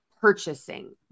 purchasing